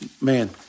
man